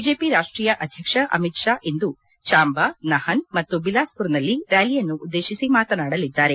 BJP ರಾಷ್ಟೀಯ ಅಧ್ಯಕ್ಷ ಅಮಿತ್ ಶಾ ಇಂದು ಚಾಂಬಾ ನಹನ್ ಮತ್ತು ಬಿಲಾಸ್ಪುರನಲ್ಲಿ ರ್ವಾಲಿಯನ್ನು ಉದ್ದೇಶಿಸಿ ಮಾತನಾಡಲಿದ್ದಾರೆ